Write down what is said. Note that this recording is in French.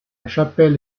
chapelle